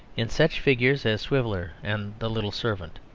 in such figures as swiveller and the little servant.